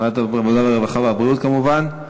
ועדת העבודה, הרווחה והבריאות כמובן.